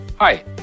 Hi